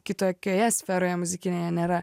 kitokioje sferoje muzikinėje nėra